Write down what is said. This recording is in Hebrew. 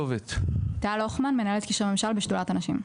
טל הוכמן, מנהלת קשרי ממשל בשדולת הנשים.